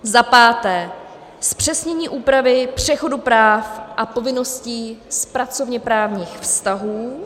Za páté, zpřesnění úpravy přechodu práv a povinností z pracovněprávních vztahů.